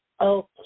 Okay